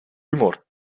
humor